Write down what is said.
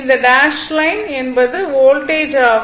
இந்த dash line என்பது voltage ஆகும்